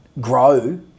grow